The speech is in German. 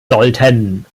sollten